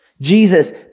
Jesus